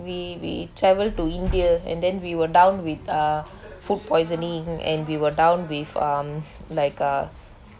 we we travel to india and then we were down with uh food poisoning and we were down with um like uh